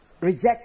reject